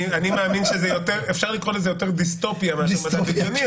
אני מאמין שאפשר לקרוא לזה יותר ביסטופיה מאשר מדע בדיוני,